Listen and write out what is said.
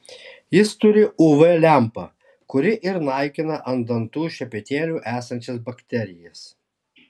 jis turi uv lempą kuri ir naikina ant dantų šepetėlių esančias bakterijas